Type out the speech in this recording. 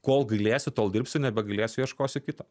kol galėsiu tol dirbsiu nebegalėsiu ieškosiu kito